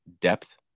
depth